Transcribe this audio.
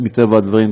מטבע הדברים,